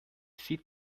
sieht